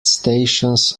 stations